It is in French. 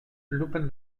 l’open